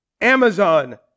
Amazon